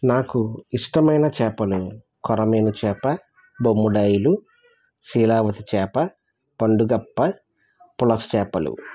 నాకు ఇష్టమైన చేపలు కోరమీను చేప బొమ్ముడైయులు శీలావతి చేప పండుగప్ప పులస చేపలు